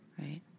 Right